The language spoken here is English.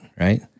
right